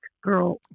girl